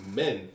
men